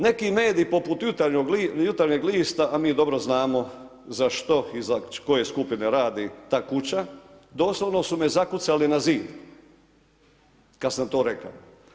Neki mediji, poput Jutarnjeg lista, a mi dobro znamo za što i za koje skupine radi ta kuća, doslovno su me zakucali na zid kad sam to rekao.